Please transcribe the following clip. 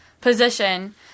position